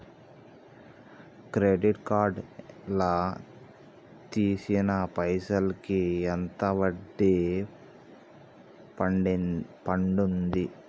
Credit card లా తీసిన పైసల్ కి ఎంత వడ్డీ పండుద్ధి?